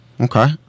Okay